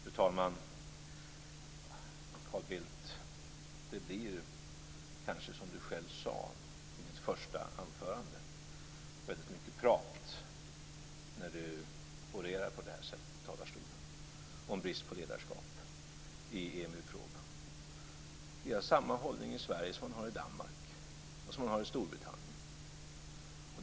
Fru talman! Det blir kanske som Carl Bildt själv sade i sitt första anförande, väldigt mycket prat, när han orerar på det här sättet i talarstolen om brist på ledarskap i EMU-frågan. Vi har samma hållning i Sverige som man har i Danmark och som man har i Storbritannien.